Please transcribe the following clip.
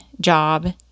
job